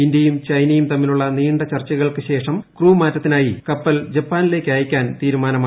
ഇന്ത്യയും ചൈനയും തമ്മിലുള്ള നീണ്ട ചർച്ചകൾക്കുശേഷം ക്രൂ മാറ്റത്തിനായി ജപ്പാനിലേയ്ക്ക് അയക്കാൻ കപ്പൽ തീരുമാനമായി